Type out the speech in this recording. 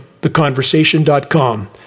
theconversation.com